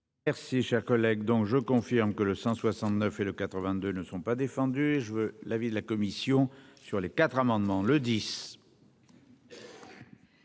Merci cher collègue donc je confirme que le 169 et de 82 ne sont pas défendus et je veux l'avis de la commission sur les quatre amendements le 10.